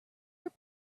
your